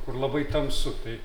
kur labai tamsu tai